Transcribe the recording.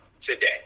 today